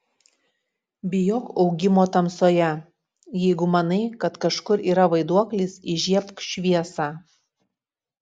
bijok augimo tamsoje jeigu manai kad kažkur yra vaiduoklis įžiebk šviesą